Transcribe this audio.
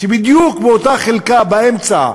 שבדיוק אותה חלקה, באמצע,